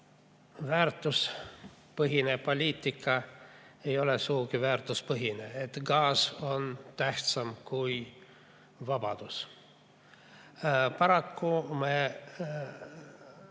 väärtuspõhine poliitika ei ole sugugi väärtuspõhine, gaas on tähtsam kui vabadus. Paraku me